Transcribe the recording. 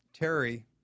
Terry